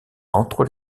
entre